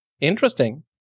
interesting